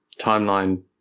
timeline